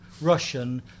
Russian